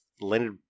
landed